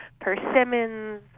persimmons